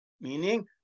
Meaning